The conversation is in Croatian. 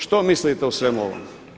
Što mislite o svemu ovome?